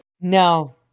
No